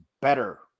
better